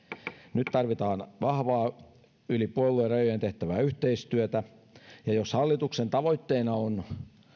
nyt tarvitaan vahvaa yli puoluerajojen tehtävää yhteistyötä jos hallituksen tavoitteena on